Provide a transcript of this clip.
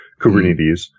Kubernetes